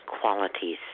qualities